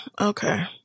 Okay